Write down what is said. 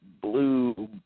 blue